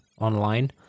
online